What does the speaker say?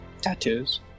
Tattoos